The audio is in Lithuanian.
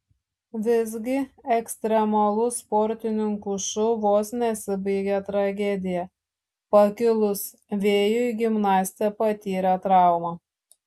visgi ekstremalus sportininkų šou vos nesibaigė tragedija pakilus vėjui gimnastė patyrė traumą